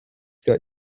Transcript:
got